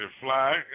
fly